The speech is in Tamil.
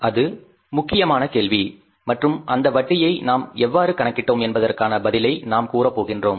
அது முக்கியமான கேள்வி மற்றும் அந்த வட்டியை நாம் எவ்வாறு கணக்கிட்டோம் என்பதற்கான பதிலை நாம் கூற போகின்றோம்